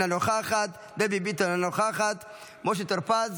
אינה נוכחת, משה טור פז,